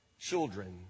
children